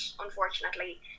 Unfortunately